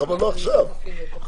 איתן פה.